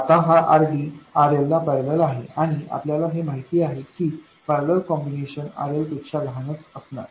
आता हा RDया RLला पैरलेल आहे आणि आपल्याला हे माहित आहे की पैरलेल कॉम्बिनेशन RL पेक्षा लहानच असणार आहे